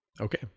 Okay